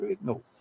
no